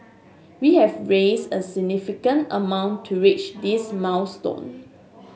we have raised a significant amount to reach this milestone